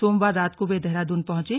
सोमवार रात को वे देहरादून पहुंचे